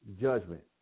judgment